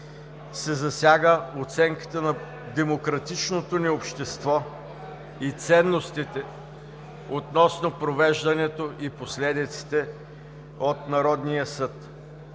се засяга оценката на демократичното ни общество и ценностите относно провеждането и последиците от Народния съд.